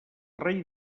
rei